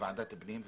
ועדת הפנים.